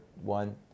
one